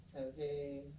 Okay